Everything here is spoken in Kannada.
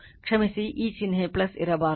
ಕ್ಷಮಿಸಿ ಈ ಒಂದು ಚಿಹ್ನೆ ಇರಬಾರದು